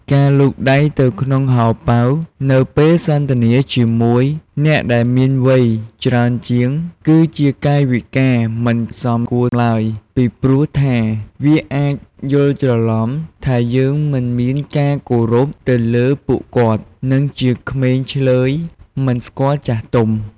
ការលូកដៃទៅក្នុងហោប៉ៅ នៅពេលធ្វើសន្ទនាជាមួយអ្នកដែលមានវ័យច្រើនជាង គឺជាកាយវិការមិនសមគួរឡើយ ពីព្រោះថាវាអាចយល់ច្រឡំ ថាយើងមិនមានការគោរពទៅលើពួកគាត់ និងជាក្មេងឈ្លើយមិនស្គាល់ចាស់ទុំ។